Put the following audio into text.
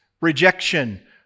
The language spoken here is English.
rejection